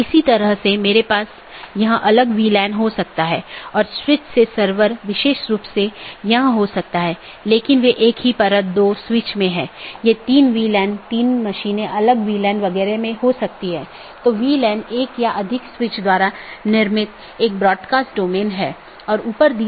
तो इसका मतलब है एक बार अधिसूचना भेजे जाने बाद डिवाइस के उस विशेष BGP सहकर्मी के लिए विशेष कनेक्शन बंद हो जाता है और संसाधन जो उसे आवंटित किये गए थे छोड़ दिए जाते हैं